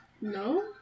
No